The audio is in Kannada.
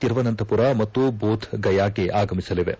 ತಿರುವನಂತಪುರ ಮತ್ತು ಬೋಧ್ಗಯಾಗೆ ಆಗಮಿಸಲಿವೆ